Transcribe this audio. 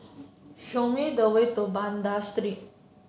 show me the way to Banda Street